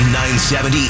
970